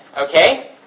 Okay